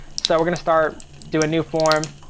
so we're gonna start, do a new form.